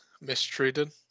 mistreated